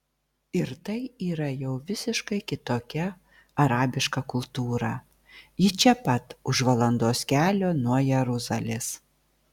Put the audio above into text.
ir tai yra jau visiškai kitokia arabiška kultūra ji čia pat už valandos kelio nuo jeruzalės